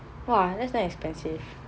!wah! that's damn expensive